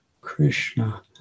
Krishna